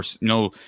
no